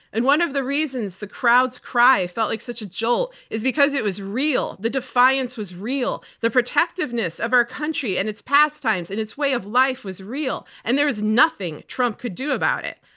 and one of the reasons the crowd's cry felt like such a jolt is because it was real. the defiance was real. the protectiveness of our country and its pastimes and its way of life was real, and there was nothing trump could do about it.